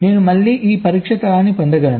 నేను మళ్ళీ ఈ పరీక్ష తరాన్ని పొందగలను